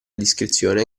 discrezione